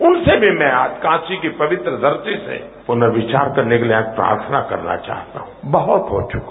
उनसे भी मैं आज काशी की पवित्र धरती से प्रनर्विचार करने के लिए आज प्रार्थना करना चाहता हूं बहुत हो चुका